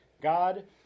God